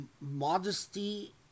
Modesty